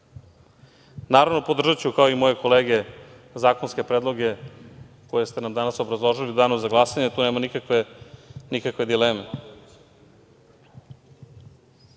sredine. Naravno, podržaću, kao i moje kolege, zakonske predloge koje ste nam danas obrazložili u danu za glasanje, tu nema nikakve dileme.Sećamo